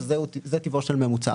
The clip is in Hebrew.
זה טיבו של ממוצע.